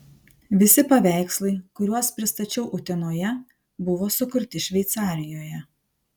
visi paveikslai kuriuos pristačiau utenoje buvo sukurti šveicarijoje